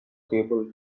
table